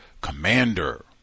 commander